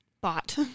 bought